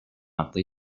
monthly